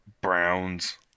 Browns